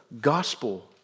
gospel